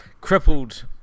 crippled